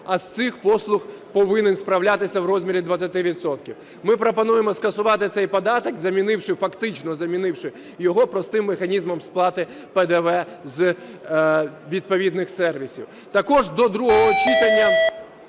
а з цих послуг повинен справлятися у розмірі 20 відсотків. Ми пропонуємо скасувати цей податок, фактично замінивши його простим механізмом сплати ПДВ з відповідних сервісів.